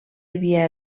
havia